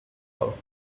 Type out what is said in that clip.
all